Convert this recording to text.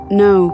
no